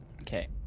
Okay